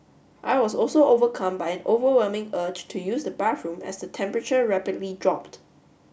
I was also overcome by an overwhelming urge to use the bathroom as the temperature rapidly dropped